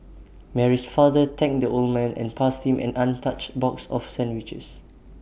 Mary's father thanked the old man and passed him an untouched box of sandwiches